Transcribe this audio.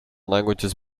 languages